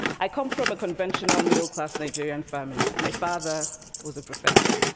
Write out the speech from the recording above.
i come from a conventional, middle-class nigerian family. my father was a professor.